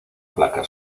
placa